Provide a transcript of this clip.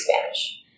Spanish